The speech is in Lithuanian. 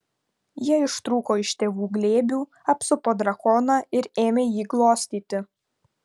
jie ištrūko iš tėvų glėbių apsupo drakoną ir ėmė jį glostyti